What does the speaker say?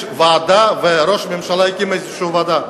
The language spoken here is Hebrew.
יש ועדה, ראש הממשלה הקים איזו ועדה.